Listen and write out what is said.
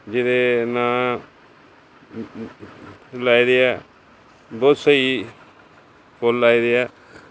ਜਿਹਦੇ ਨਾ ਲਾਏ ਦੇ ਹੈ ਬਹੁਤ ਸਹੀ ਫੁੱਲ ਲਾਏ ਦੇ ਹੈ